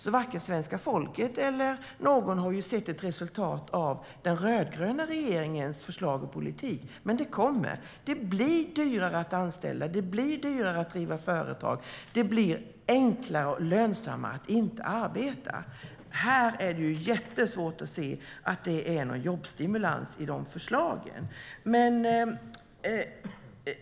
Varken svenska folket eller någon annan har sett ett resultat av den rödgröna regeringens förslag och politik, men det kommer. Det blir dyrare att anställda. Det blir dyrare att driva företag. Det blir enklare och lönsammare att inte arbeta. Det är jättesvårt att se att det är någon jobbstimulans i de förslagen.